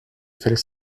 fallait